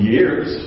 Years